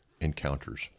encounters